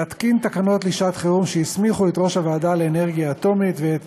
להתקין תקנות שעת חירום שהסמיכו את ראש הוועדה לאנרגיה אטומית ואת